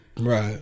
Right